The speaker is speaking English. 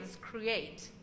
create